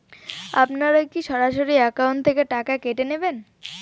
আপনারা কী সরাসরি একাউন্ট থেকে টাকা কেটে নেবেন?